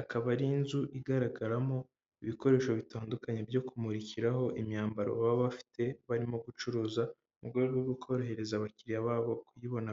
ikaba ari inzu igaragaramo ibikoresho bitandukanye byo kumurikiraho imyambaro baba bafite barimo gucuruza, mu rwego rwo korohereza abakiriya babo kuyibona